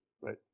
Right